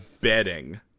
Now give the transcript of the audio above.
bedding